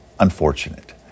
unfortunate